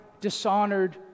dishonored